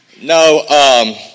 no